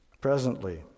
Presently